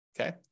okay